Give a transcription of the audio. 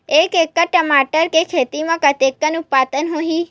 एक एकड़ टमाटर के खेती म कतेकन उत्पादन होही?